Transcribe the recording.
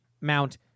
Mount